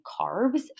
carbs